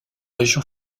région